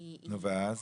נו, ואז?